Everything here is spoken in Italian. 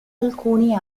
alcuni